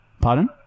Pardon